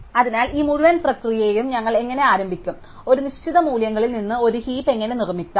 അതിനാൽ ഈ മുഴുവൻ പ്രക്രിയയും ഞങ്ങൾ എങ്ങനെ ആരംഭിക്കും ഒരു നിശ്ചിത മൂല്യങ്ങളിൽ നിന്ന് ഒരു ഹീപ് എങ്ങനെ നിർമ്മിക്കാം